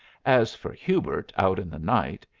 as for hubert out in the night,